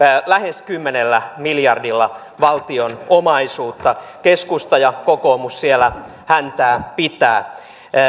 lähes kymmenellä miljardilla valtion omaisuutta keskusta ja kokoomus siellä häntää pitävät